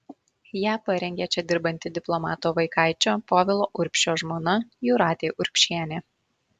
ją parengė čia dirbanti diplomato vaikaičio povilo urbšio žmona jūratė urbšienė